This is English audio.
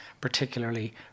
particularly